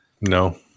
No